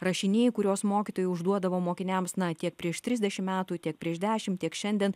rašiniai kurios mokytojai užduodavo mokiniams na tiek prieš trisdešim metų tiek prieš dešimt tiek šiandien